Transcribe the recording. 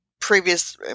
previous